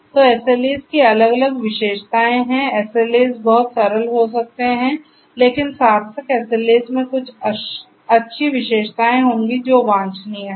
तो SLAs की अलग अलग विशेषताएं हैं SLAs बहुत सरल हो सकते हैं लेकिन सार्थक SLAs में कुछ अच्छी विशेषताएं होंगे जो वांछनीय हैं